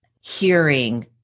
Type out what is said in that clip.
hearing